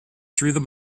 through